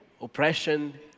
oppression